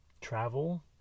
travel